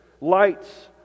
lights